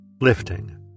lifting